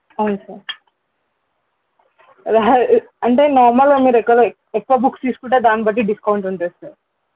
అవును సార్ రాదు అంటే నార్మల్గా మీరు ఎక్కడో ఎక్కువ బుక్స్ తీసుకుంటే దాన్నిబట్టి డిస్కౌంట్ ఉంటుంది సార్